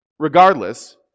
Regardless